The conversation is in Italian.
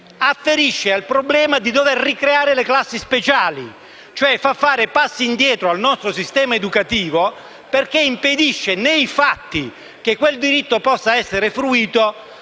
afferisce al problema di dover ricreare le classi speciali, e quindi fa fare passi indietro al nostro sistema educativo, impedendo nei fatti che quel diritto possa essere fruito